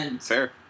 Fair